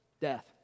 death